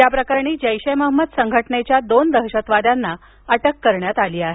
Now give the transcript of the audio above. या प्रकरणी जैशे महंमद संघटनेच्या दोन दहशतवाद्यांना अटक करण्यात आली आहे